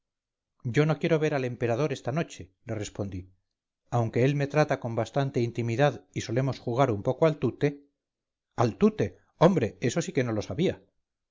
yo no quiero ver al emperador esta noche le respondí aunque él me trata con bastante intimidad y solemos jugar un poco al tute al tute hombre eso sí que no lo sabía